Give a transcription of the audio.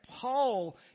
Paul